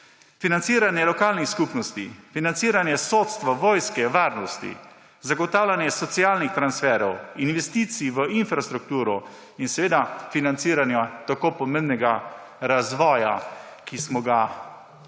»Financiranje lokalnih skupnosti, financiranje sodstva, vojske, varnosti, zagotavljanje socialnih transferov, investicij v infrastrukturo.« In financiranje tako pomembnega razvoja, ki smo ga v